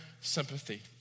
sympathy